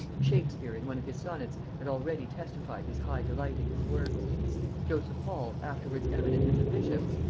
shakespeare in one of his sonnets had already testified his high delight in his works joseph hall, afterwards eminent as a bishop,